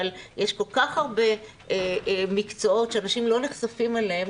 אבל יש כל כך הרבה מקצועות שאנשים לא נחשפים אליהם